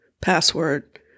password